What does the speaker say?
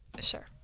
Sure